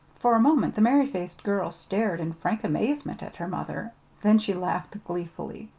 for a moment the merry-faced girl stared in frank amazement at her mother then she laughed gleefully.